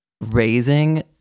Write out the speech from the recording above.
Raising